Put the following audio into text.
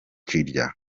kirya